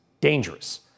Dangerous